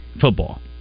football